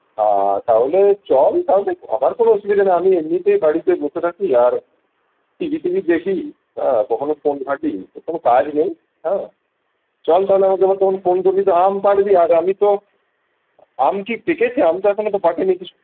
হ্যাঁ তাহলে চল তাহলে আমার কোনো অসুবিধা নেই আমি এমনিতেই বাড়িতে বসে থাকি আর টিভি ফিবি দেখি কখনও ফোন ঘাঁটি কোনো কাজ নেই হ্যাঁ চল তাহলে আমাকে একবার তখন ফোন করবি তা আম পাড়বি আর আমি তো আম কি পেকেছে আম তো এখনও তো পাকেনি কিছু